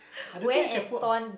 I don't think you can put a